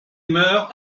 meurt